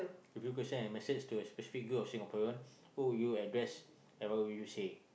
if you could send a message to a specific group of Singaporean who would you address and what would you say